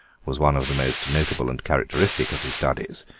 was one of the most notable and characteristic of his studies,